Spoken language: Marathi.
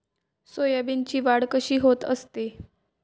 सोयाबीनची वाढ कशी होत असते?